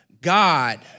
God